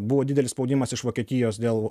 buvo didelis spaudimas iš vokietijos dėl